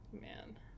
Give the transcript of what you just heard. Man